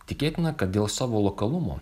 tikėtina kad dėl savo lokalumo